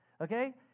okay